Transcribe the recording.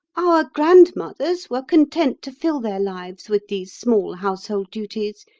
our grandmothers were content to fill their lives with these small household duties.